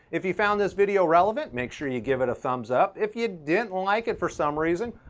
if you found this video relevant, make sure you give it a thumbs up. if you didn't like it for some reason,